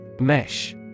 Mesh